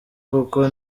kuko